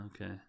okay